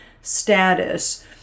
status